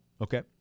Okay